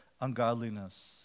ungodliness